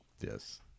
yes